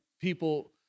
people